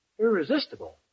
Irresistible